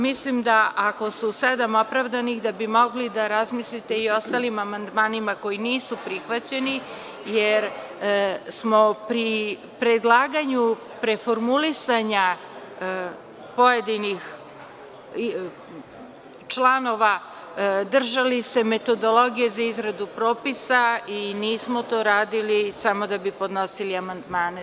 Mislim da ako su sedam opravdanih, da bi mogli da razmislite i o ostalim amandmanima koji nisu prihvaćeni, jer smo se pri predlaganju preformulisanja pojedinih članova držali metodologije za izradu propisa i nismo to radili samo da bi podnosili amandmane.